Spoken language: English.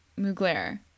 Mugler